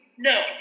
No